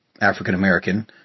African-American